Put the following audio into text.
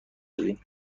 بودیم